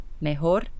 Mejor